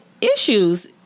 issues